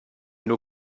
nur